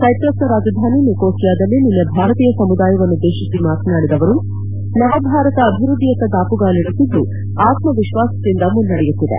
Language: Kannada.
ಸೈಪ್ರಸ್ನ ರಾಜಧಾನಿ ನಿಕೋಸಿಯಾದಲ್ಲಿ ನಿನ್ನೆ ಭಾರತೀಯ ಸಮುದಾಯವನ್ನುದ್ದೇಶಿಸಿ ಮಾತನಾಡಿದ ಅವರು ನವ ಭಾರತ ಅಭಿವೃದ್ಧಿಯತ್ತ ದಾಪುಗಾಲಿಡುತ್ತಿದ್ದು ಆಕ್ಮ ವಿಶ್ವಾಸದಿಂದ ಮುನ್ನಡೆಯುತ್ತಿದೆ